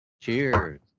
cheers